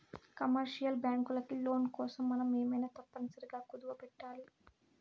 commercial బ్యాంకులకి loan కోసం మనం ఏమైనా తప్పనిసరిగా కుదవపెట్టాలి